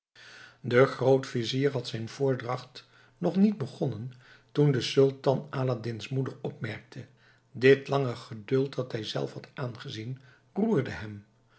de grootvizier had zijn voordracht nog niet begonnen toen de sultan aladdin's moeder opmerkte dit lange geduld dat hij zelf had aangezien roerde hem